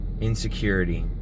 insecurity